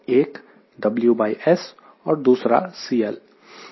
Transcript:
एक WS और दूसरा CL है